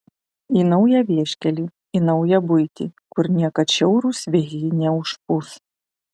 į naują vieškelį į naują buitį kur niekad šiaurūs vėjai neužpūs